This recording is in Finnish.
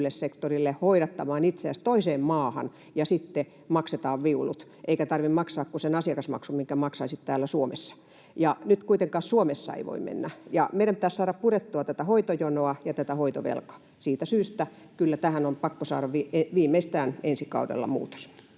sektorille hoidattamaan itseäsi toiseen maahan ja sitten maksetaan viulut eikä tarvitse maksaa kuin se asiakasmaksu, minkä maksaisit täällä Suomessa. Nyt kuitenkaan Suomessa ei voi mennä, ja meidän pitäisi saada purettua tätä hoitojonoa ja tätä hoitovelkaa. Siitä syystä kyllä tähän on pakko saada viimeistään ensi kaudella muutos.